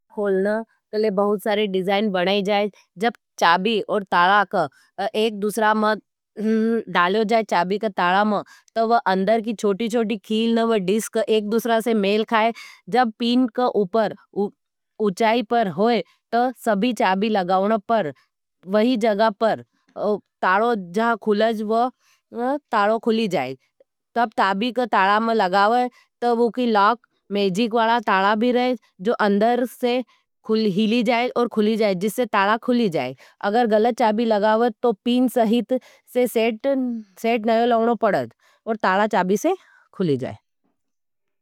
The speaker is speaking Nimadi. खोलने के लिए बहुत सारे डिजाइन बनाई जाएँ जब चाबी और टाला का एक दूसरा में डालेओ जाएँ चाबी का टाला में तो वो अंदर की छोटी-छोटी कील न वो डिस्क एक दूसरा से मेल खाएँ। जब पीन का उपर उचाई पर होई तो सभी चाबी लगाऊन पर वही जगापर टालो जहाँ खुलाज वो टालो खुली जाएँ तो अब टाली का टाला में लगाओ तो वो की लॉक मेजीक वाला टाला भी रहें जो अंदर से हीली जाएँ। और खुली जाएँ जिससे टाला खुली जाएँ अगर गलत चाबी लगाओ तो पीन सहीत से सेट नहीं लगनो पड़ाज और टाला चाबी से खुली जाएँ।